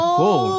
cool